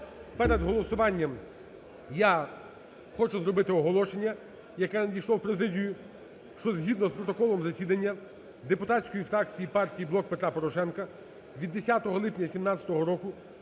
Перед голосуванням я хочу зробити оголошення, яке надійшло в президію, що, згідно з протоколом засідання депутатської фракції Партії "Блок Петра Порошенка" від 10 липня 2017 року